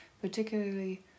particularly